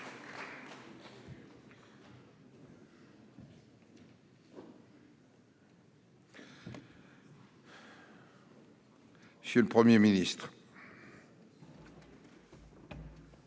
monsieur le Premier ministre.